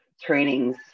trainings